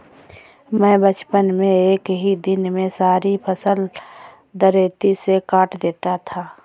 मैं बचपन में एक ही दिन में सारी फसल दरांती से काट देता था